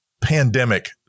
pandemic